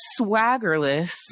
swaggerless